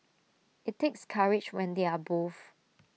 IT takes courage when they are both